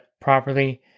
properly